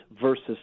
versus